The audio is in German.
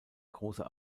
großer